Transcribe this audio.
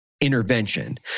intervention